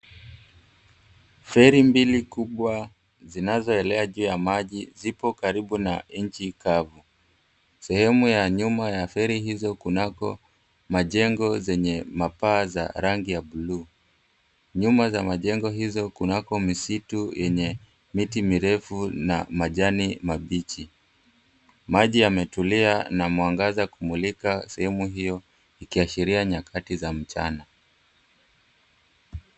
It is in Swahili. Feri mbili kubwa zinazoelea juu ya maji zipo karibu na nchi kavu. Sehemu ya nyuma ya feri hizo kunako majengo yenye mapaa za rangi ya blue. Nyuma za majengo hizo kunako misitu yenye miti mirefu na majani mabichi. Maji yametulia na mwangaza kumulika sehemu hiyo ikiashiria nyakati za mchana.